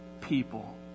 people